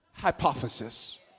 hypothesis